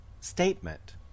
statement